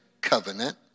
covenant